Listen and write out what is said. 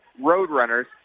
Roadrunners